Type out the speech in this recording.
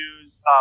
use